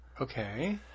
Okay